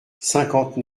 cinquante